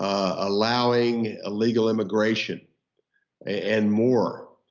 allowing illegal immigration and more.